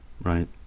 right